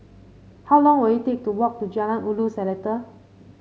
how long will it take to walk to Jalan Ulu Seletar